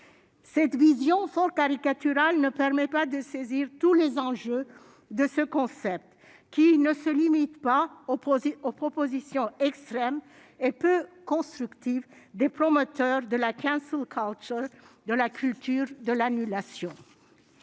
Cette vision for caricatural ne permet pas de saisir tous les enjeux de ce concept qui ne se limite pas opposés aux propositions extrêmes et peu constructive des promoteurs de la classe, caoutchouc, de la culture de l'annulation,